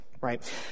right